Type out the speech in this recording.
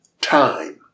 time